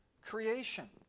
creation